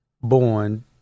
born